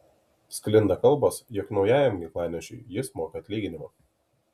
sklinda kalbos jog naujajam ginklanešiui jis moka atlyginimą